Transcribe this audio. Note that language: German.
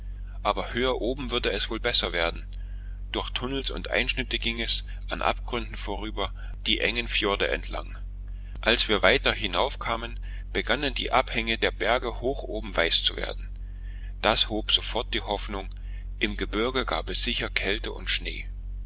aber höher oben würde es wohl besser werden durch tunnels und einschnitte ging es an abgründen vorüber die engen fjorde entlang als wir weiter hinaufkamen begannen die abhänge der berge hoch oben weiß zu werden das hob sofort die hoffnung im gebirge gab es sicher kälte und schnee